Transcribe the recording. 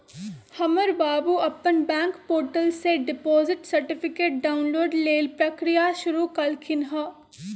हमर बाबू अप्पन बैंक पोर्टल से डिपॉजिट सर्टिफिकेट डाउनलोड लेल प्रक्रिया शुरु कलखिन्ह